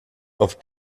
auf